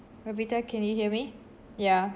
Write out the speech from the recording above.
ravita can you hear me ya